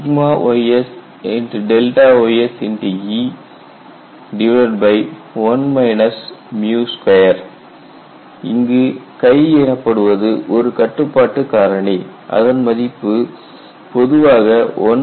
KMatysysE1 2 இங்கு எனப்படுவது ஒரு கட்டுப்பாட்டு காரணி அதன் மதிப்பு பொதுவாக 1